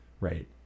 Right